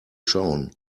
schauen